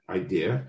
idea